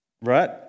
Right